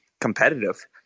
competitive